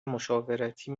مشاورتی